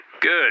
Good